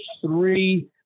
three